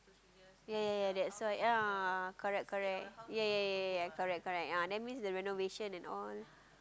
ya ya ya that's why ya correct correct ya ya ya ya correct correct ah that means the renovation and all